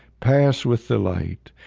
pass with the light,